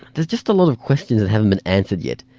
there's just a lot of questions that haven't been answered yet.